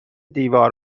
دیوار